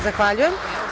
Zahvaljujem.